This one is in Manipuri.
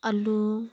ꯑꯥꯂꯨ